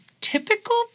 typical